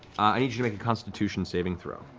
i need you to make a constitution saving throw.